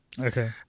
Okay